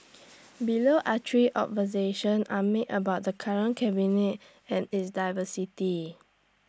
below are three observation are made about the current cabinet and its diversity